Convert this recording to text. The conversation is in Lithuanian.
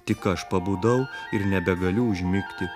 tik aš pabudau ir nebegaliu užmigti